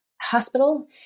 Hospital